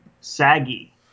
saggy